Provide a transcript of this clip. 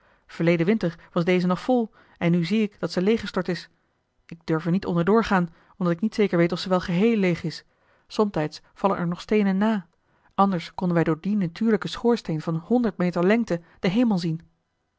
verleden winter was deze nog vol en nu zie ik dat ze leeggestort is ik durf er niet onder doorgaan eli heimans willem roda omdat ik niet zeker weet of ze wel geheel leeg is somtijds vallen er nog steenen na anders konden wij door dien natuurlijken schoorsteen van honderd meter lengte den hemel zien